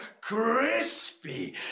crispy